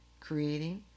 creating